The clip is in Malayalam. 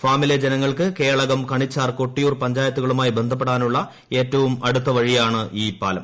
ഫാമിലെ ജനങ്ങൾക്ക് കേളകം കണിച്ചാർ കൊട്ടിയൂർ പഞ്ചായത്തുകളുമായി ബന്ധപ്പെടാനള്ള ഏറ്റവും അടുത്ത വഴിയാണ് ഈ പാലം